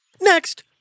Next